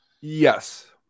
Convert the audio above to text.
Yes